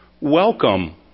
Welcome